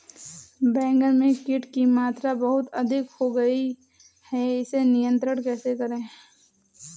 बैगन में कीट की मात्रा बहुत अधिक हो गई है इसे नियंत्रण कैसे करें?